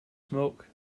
smoke